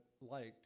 liked